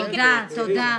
תודה.